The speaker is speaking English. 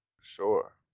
Sure